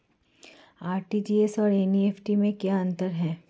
RTGS और NEFT में क्या अंतर है?